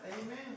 Amen